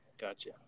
Gotcha